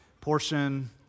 Portion